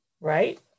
right